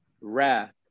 wrath